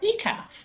decaf